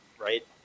Right